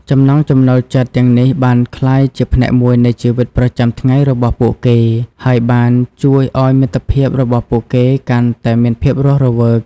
ចំណង់ចំណូលចិត្តទាំងនេះបានក្លាយជាផ្នែកមួយនៃជីវិតប្រចាំថ្ងៃរបស់ពួកគេហើយបានជួយឲ្យមិត្តភាពរបស់ពួកគេកាន់តែមានភាពរស់រវើក។